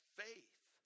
faith